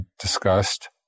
discussed